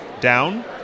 down